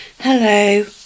Hello